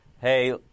hey